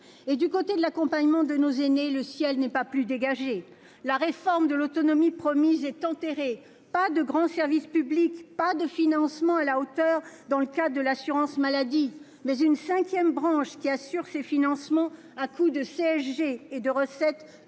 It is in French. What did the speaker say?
Du côté de l'accompagnement de nos aînés, le ciel n'est pas davantage dégagé. La réforme de l'autonomie promise est enterrée ; pas de grand service public, pas de financement à la hauteur dans le cadre de l'assurance maladie. À la place, vous proposez une cinquième branche qui assure ses financements à coups de CSG et de recettes